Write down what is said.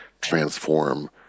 transform